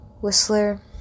Whistler